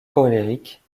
colérique